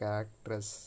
actress